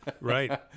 Right